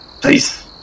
Please